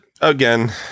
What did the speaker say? again